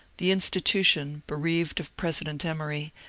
the institution, bereaved of president emory,